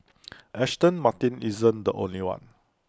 Aston Martin isn't the only one